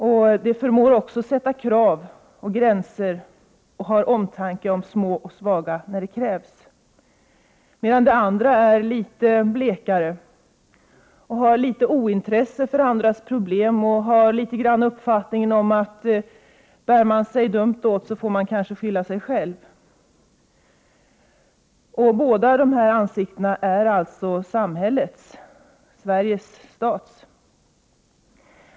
Med det förmår Sverige sätta upp krav och gränser och har omtanke om små och svaga när det behövs. Det andra ansiktet är däremot litet blekare. Med det visar Sverige ett ointresse för andras problem och har uppfattningen att den som bär sig dumt åt får skylla sig själv. Båda dessa ansikten är alltså samhällets, den svenska statens.